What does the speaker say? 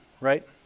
right